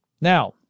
Now